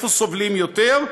איפה סובלים יותר?